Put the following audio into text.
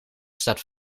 staat